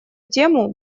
тему